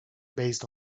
based